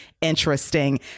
interesting